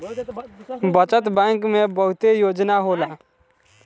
बचत बैंक में बहुते योजना होला